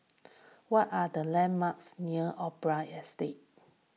what are the landmarks near Opera Estate